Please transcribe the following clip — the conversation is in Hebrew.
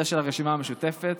זה של הרשימה המשותפת.